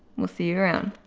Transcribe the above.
we'll see you around.